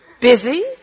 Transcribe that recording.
Busy